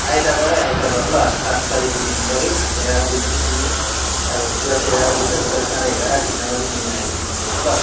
आइतबारै आइतवार ल सात तारिखको दिन पऱ्यो एघार बजी चाहिँ तिमी अब कुरा चाहिँ एघार बजी छ तर साढे एघार भित्रमा तिमी आइपुग्नु पऱ्यो ल